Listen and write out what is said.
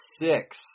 six